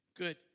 Good